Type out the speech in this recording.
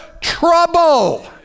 trouble